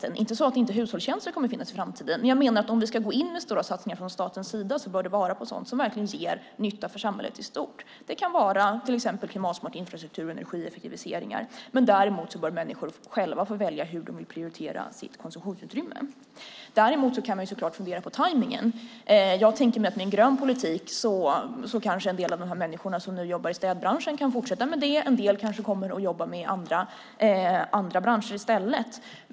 Det är inte så att hushållstjänster inte kommer att finnas i framtiden, men jag menar att om vi ska gå in med stora satsningar från statens sida bör det vara på sådant som verkligen ger nytta för samhället i stort. Det kan vara till exempel klimatsmart infrastruktur och energieffektiviseringar. Däremot bör människor själva få välja hur de vill prioritera sitt konsumtionsutrymme. Man kan så klart fundera på tajmningen. Jag tänker mig att med en grön politik kanske en del av de människor som nu jobbar i städbranschen kan fortsätta med det. En del kanske kommer att jobba i andra branscher i stället.